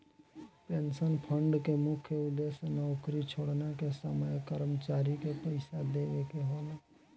pension fund के मुख्य उद्देश्य नौकरी छोड़ला के समय कर्मचारी के पइसा देवेके होला